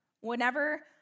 Whenever